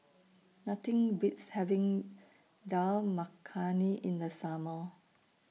Nothing Beats having Dal Makhani in The Summer